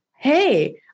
Hey